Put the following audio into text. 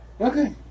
Okay